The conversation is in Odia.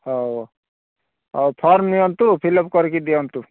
ହେଉ ହେଉ ଫର୍ମ ନିଅନ୍ତୁ ଫିଲ୍ଅପ୍ କରି ଦିଅନ୍ତୁ